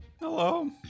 Hello